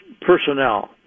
personnel